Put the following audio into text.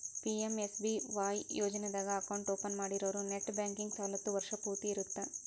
PMSBY ಯೋಜನಾದಾಗ account open ಮಾಡ್ಸಿರೋರು net banking ಸವಲತ್ತು ವರ್ಷ್ ಪೂರ್ತಿ ಇರತ್ತ